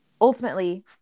Ultimately